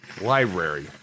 Library